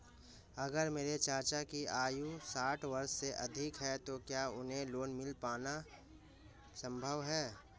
अगर मेरे चाचा की आयु साठ वर्ष से अधिक है तो क्या उन्हें लोन मिल पाना संभव है?